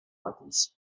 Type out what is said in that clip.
patricio